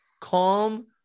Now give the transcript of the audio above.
Calm